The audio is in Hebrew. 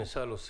אנחנו,